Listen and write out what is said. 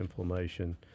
inflammation